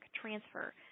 transfer